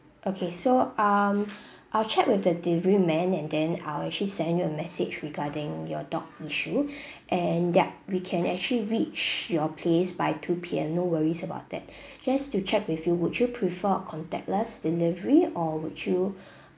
okay so um I'll check with the delivery man and then I'll actually send you a message regarding your dog issue and yup we can actually reach your place by two P_M no worries about that just to check with you would you prefer a contactless delivery or would you